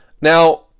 Now